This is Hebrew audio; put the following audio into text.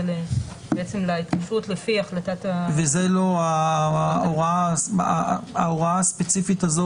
--- לפי החלטת --- ההוראה הספציפית הזו